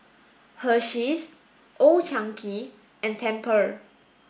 Hersheys Old Chang Kee and Tempur